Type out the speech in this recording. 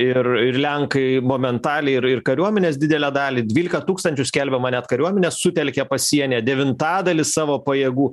ir ir lenkai momentaliai ir ir kariuomenės didelę dalį dvylika tūkstančių skelbiama net kariuomenės sutelkė pasienyje devintadalį savo pajėgų